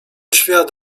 świat